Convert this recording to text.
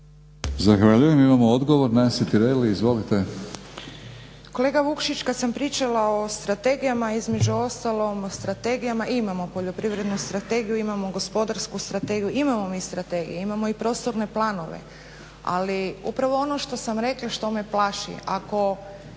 (Hrvatski laburisti - Stranka rada)** Kolega Vukšić, kad sam pričala o strategijama, između ostalog strategijama imamo Poljoprivrednu strategiju, imamo Gospodarsku strategiju. Imamo mi strategije, imamo i prostorne planove. Ali upravo ono što sam rekla što me plaši, ako